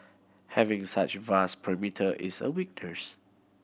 having such a vast perimeter is a weakness